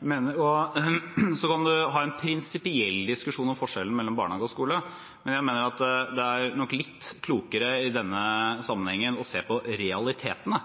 Så kan man ha en prinsipiell diskusjon om forskjellen mellom barnehage og skole, men jeg mener at det er nok litt klokere i denne sammenhengen å se på realitetene.